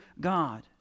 God